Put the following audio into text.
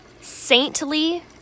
Saintly